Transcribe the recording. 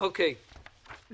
הלוואי ואין בעיה.